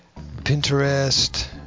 Pinterest